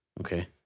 okay